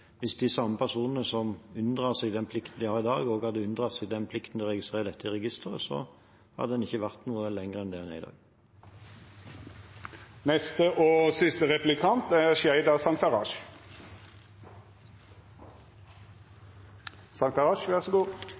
hvis de samme personene som unndrar seg den plikten de har i dag, også hadde unndratt seg plikten til å registrere dette i registeret, hadde en ikke kommet noe lenger enn dit en er i dag. Som statsråden sikkert vet, har avisen Dagens Medisin meldt at beløpene som er